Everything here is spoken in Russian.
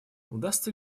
удастся